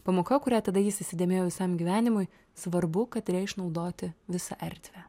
pamoka kurią tada jis įsidėmėjo visam gyvenimui svarbu kadre išnaudoti visą erdvę